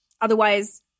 Otherwise